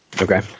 okay